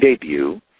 Debut